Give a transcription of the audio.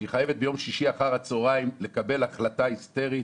שהיא חייבת ביום שישי אחר הצוהריים לקבל החלטה היסטרית